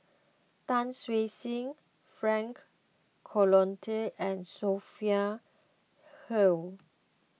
Tan Siew Sin Frank Cloutier and Sophia Hull